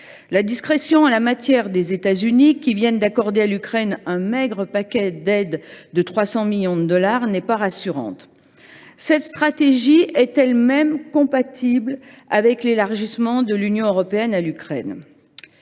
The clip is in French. La discrétion en la matière des États Unis, qui viennent d’accorder à l’Ukraine un maigre paquet d’aide de 300 millions de dollars, n’est pas rassurante. Cette stratégie est elle même compatible avec l’élargissement de l’Union européenne à l’Ukraine